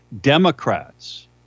Democrats